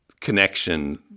connection